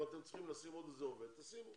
אם אתם צריכים לשים עוד עובד, תשימו.